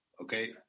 okay